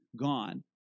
gone